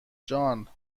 جان